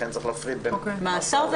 לכן צריך להפריד בין מעצר ומאסר.